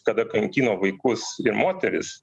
kada kankino vaikus ir moteris